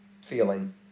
Feeling